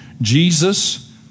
Jesus